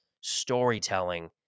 storytelling